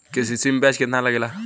KCC में ब्याज कितना लागेला?